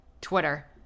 Twitter